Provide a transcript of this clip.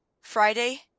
Friday